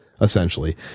essentially